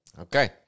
Okay